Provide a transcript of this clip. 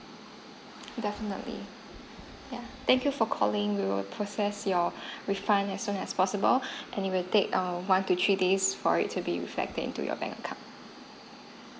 definitely yeah thank you for calling we will process your refund as soon as possible and it will take err one to three days for it to be reflected into your bank account